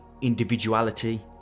individuality